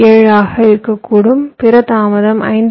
7 ஆக இருக்கக்கூடும் பிற தாமதம் 5